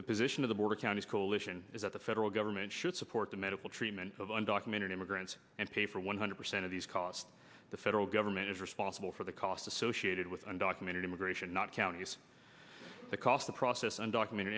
the position of the border counties coalition is that the federal government should support the medical treatment of undocumented immigrants and pay for one hundred percent of these costs the federal government is responsible for the costs associated with undocumented immigration not counties the cost the process undocumented